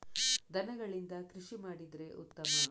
ದನಗಳಿಂದ ಕೃಷಿ ಮಾಡಿದ್ರೆ ಉತ್ತಮ